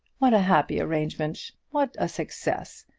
what a happy arrangement! what a success!